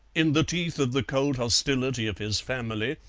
in the teeth of the cold hostility of his family,